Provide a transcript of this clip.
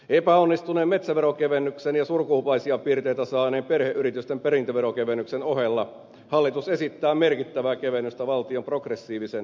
epäonnistuneen metsäveronkevennyksen ja surkuhupaisia piirteitä saaneen perheyritysten perintöveronkevennyksen ohella hallitus esittää merkittävää kevennystä valtion progressiiviseen tuloveroon